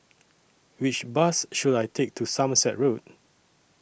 Which Bus should I Take to Somerset Road